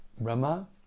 Brahma